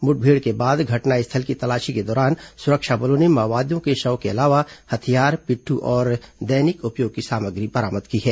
मुठभेड़ के बाद घटनास्थल की तलाशी के दौरान सुरक्षा बलों ने माओवादी के शव के अलावा हथियार पिट्ठू और दैनिक उपयोग की सामग्री बरामद की है